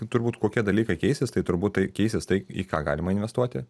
turbūt kokie dalykai keisis tai turbūt tai keisis tai į ką galima investuoti